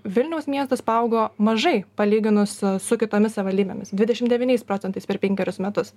vilniaus miestas paaugo mažai palyginus su kitomis savivaldybėmis dvidešim devyniais procentais per penkerius metus